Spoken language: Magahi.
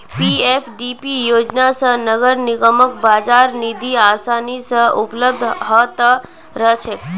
पीएफडीपी योजना स नगर निगमक बाजार निधि आसानी स उपलब्ध ह त रह छेक